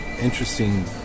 interesting